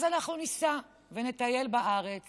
אז אנחנו ניסע ונטייל בארץ